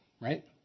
Right